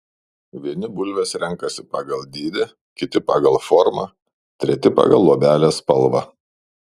vieni bulves renkasi pagal dydį kiti pagal formą treti pagal luobelės spalvą